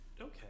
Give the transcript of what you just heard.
Okay